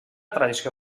tradició